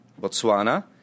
Botswana